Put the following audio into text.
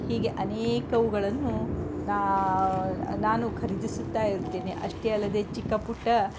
ಹೀಗೆ ಅನೇಕವುಗಳನ್ನು ನಾ ನಾನು ಖರೀದಿಸುತ್ತಾ ಇರುತ್ತೇನೆ ಅಷ್ಟೇ ಅಲ್ಲದೆ ಚಿಕ್ಕ ಪುಟ್ಟ